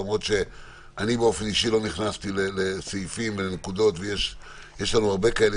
למרות שאני באופן אישי לא נכנסתי לסעיפים ולנקודות ויש לנו הרבה כאלה,